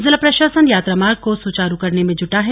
जिला प्रशासन यात्रामार्ग को सुचारू करने में जुटा है